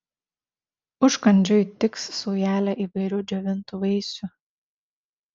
užkandžiui tiks saujelė įvairių džiovintų vaisių